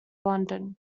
london